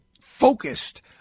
focused